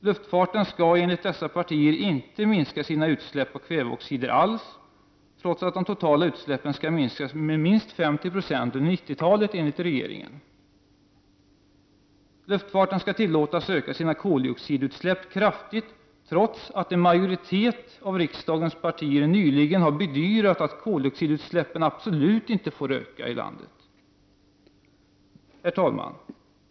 Luftfarten skall enligt dessa partier inte alls minska sina utsläpp av kväveoxider, detta trots att de totala utsläppen, enligt regeringen, skall minskas med minst 50 96 under 90-talet. Luftfarten skall tillåtas öka sina koldioxidutsläpp kraftigt, trots att en majoritet av riksdagens partier nyligen har bedyrat att koldioxidutsläppen i landet absolut inte får öka. Herr talman!